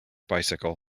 bicycle